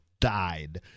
died